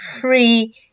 free